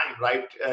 Right